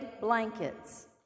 blankets